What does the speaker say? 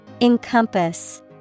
Encompass